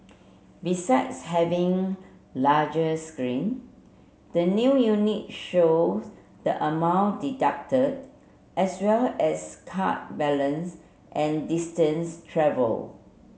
besides having larger screen the new unit show the amount deducted as well as card balance and distance travelled